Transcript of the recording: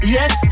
Yes